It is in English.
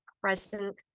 present